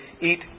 eat